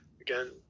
Again